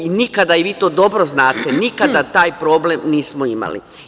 I, nikada i vi to dobro znate, nikada taj problem nismo imali.